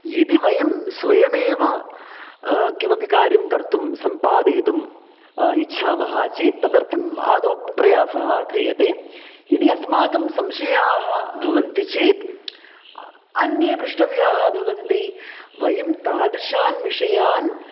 यदि वयं स्वयमेव किमपि कार्यं कर्तुं सम्पादयितुम् इच्छामः चेत् तदर्थम् आदौ प्रयासः क्रियते यदि अस्माकं संशयाः भवन्ति चेत् अन्ये प्रष्टव्याः भवन्ति वयं तादृशान् विषयान्